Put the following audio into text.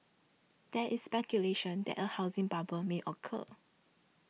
there is speculation that a housing bubble may occur